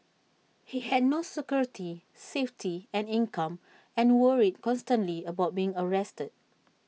he had no security safety and income and worried constantly about being arrested